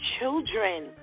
children